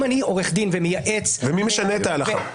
ומי משנה את ההלכה.